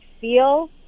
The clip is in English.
feel